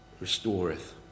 restoreth